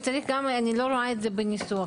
אני לא רואה את זה בניסוח.